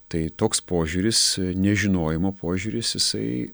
tai toks požiūris nežinojimo požiūris jisai